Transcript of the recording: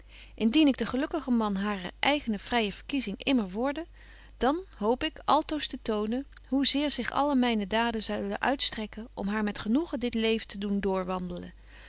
indien ik de gelukkige man harer eigene vrye verkiezing immer worde dan hoop ik altoos te tonen hoe zeer zich alle myne daden zullen uitstrekken om haar met genoegen dit leven te doen doorwandelen